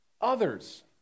others